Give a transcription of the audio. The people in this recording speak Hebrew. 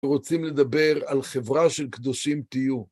אם רוצים לדבר על חברה של קדושים, תהיו.